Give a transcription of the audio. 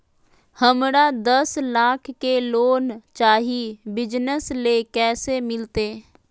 हमरा दस लाख के लोन चाही बिजनस ले, कैसे मिलते?